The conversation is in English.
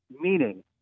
meaning